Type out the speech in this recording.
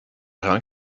rang